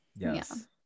Yes